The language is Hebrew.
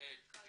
אלכס קושניר